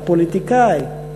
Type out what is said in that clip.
אתה פוליטיקאי.